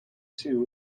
two